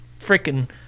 freaking